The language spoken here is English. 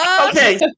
okay